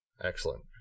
Excellent